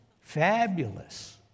fabulous